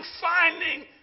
finding